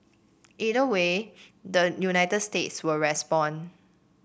either way the United States will respond